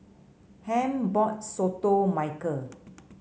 Ham bought soto Mykel